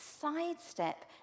sidestep